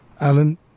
Alan